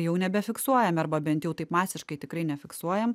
jau nebefiksuojam arba bent jau taip masiškai tikrai nefiksuojam